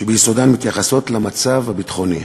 שביסודן מתייחסות למצב הביטחוני.